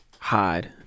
Hide